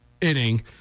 inning